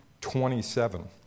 twenty-seven